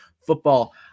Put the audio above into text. Football